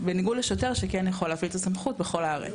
בניגוד לשוטר שכן יכול להפעיל את הסמכות בכל הארץ,